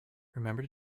remember